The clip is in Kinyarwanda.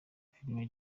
filime